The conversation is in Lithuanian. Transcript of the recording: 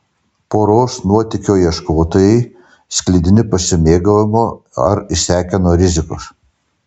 poros nuotykio ieškotojai sklidini pasimėgavimo ar išsekę nuo rizikos